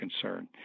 concern